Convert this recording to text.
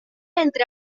entre